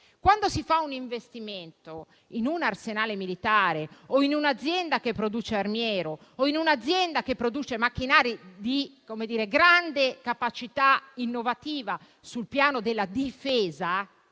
Quando si fa un investimento in un arsenale militare o in un'azienda che ha una produzione armiera o che produce macchinari di grande capacità innovativa sul piano della difesa